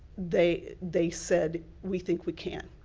they they said, we think we can.